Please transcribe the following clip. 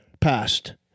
passed